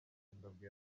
zimbabwe